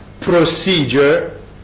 procedure